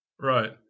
Right